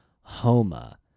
Homa